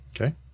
Okay